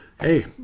Hey